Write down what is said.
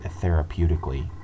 therapeutically